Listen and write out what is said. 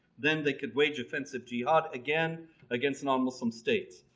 then they could wage offensive jihad again against non-muslim states.